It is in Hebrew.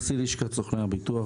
נשיא לשכת סוכני הביטוח,